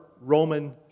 Roman